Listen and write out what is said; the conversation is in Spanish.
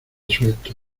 suelto